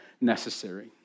necessary